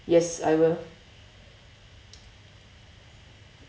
yes I will